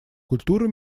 культура